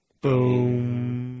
boom